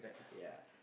yeah